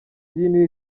dini